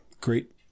great